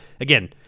again—